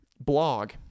blog